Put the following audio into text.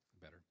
better